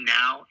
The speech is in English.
now